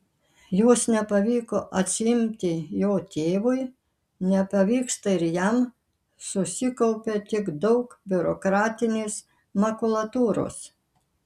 jos nepavyko atsiimti jo tėvui nepavyksta ir jam susikaupia tik daug biurokratinės makulatūros